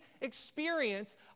experience